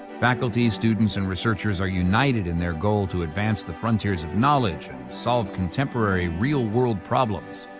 faculty, students, and researchers are united in their goal to advance the frontiers of knowledge and solve contemporary real world problems,